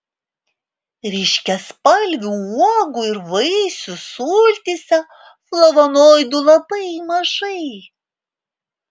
ryškiaspalvių uogų ir vaisių sultyse flavonoidų labai mažai